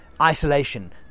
Isolation